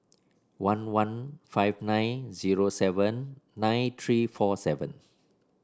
one one five nine zero seven nine three four seven